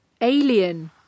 Alien